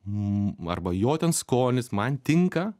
mm arba jo ten skonis man tinka